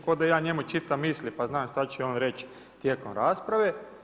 Koda ja njemu čitam misli, pa znam što će on reći tijekom rasprave.